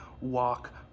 walk